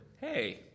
Hey